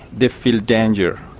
they feel danger.